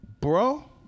Bro